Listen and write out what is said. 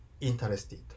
interested